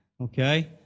okay